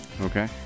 Okay